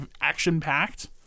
action-packed